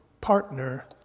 partner